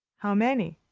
how many?